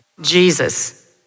Jesus